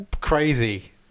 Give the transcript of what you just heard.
Crazy